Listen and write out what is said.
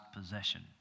possession